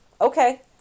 Okay